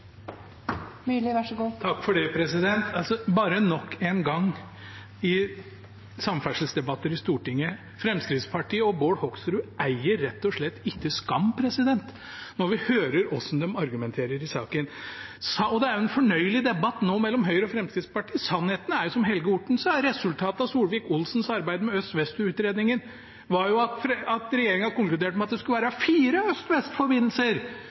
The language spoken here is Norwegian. Bare nok en gang i samferdselsdebatter i Stortinget: Fremskrittspartiet og Bård Hoksrud eier rett og slett ikke skam når vi hører hvordan de argumenterer i saken. Det er en fornøyelig debatt nå mellom Høyre og Fremskrittspartiet. Sannheten er jo, som representanten Helge Orten sier, at resultatet av Solvik-Olsens arbeid med øst–vest-utredningen var at regjeringen konkluderte med at det skulle være fire